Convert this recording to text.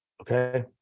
Okay